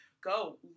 Go